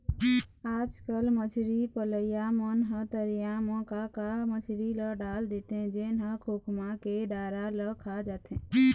आजकल मछरी पलइया मन ह तरिया म का का मछरी ल डाल देथे जेन ह खोखमा के डारा ल खा जाथे